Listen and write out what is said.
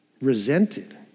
resented